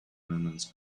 remnants